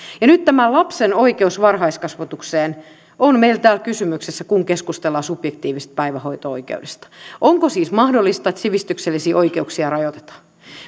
nyt tämä lapsen oikeus varhaiskasvatukseen on meillä täällä kysymyksessä kun keskustellaan subjektiivisesta päivähoito oikeudesta onko siis mahdollista että sivistyksellisiä oikeuksia rajoitetaan